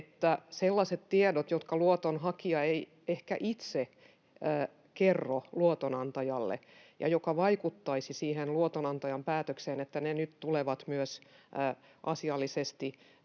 että sellaiset tiedot, joita luotonhakija ei ehkä itse kerro luotonantajalle ja jotka vaikuttaisivat siihen luotonantajan päätökseen, tulevat nyt myös asiallisesti